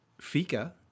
Fika